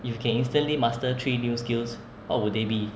you can instantly master three new skills what would they be